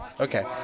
Okay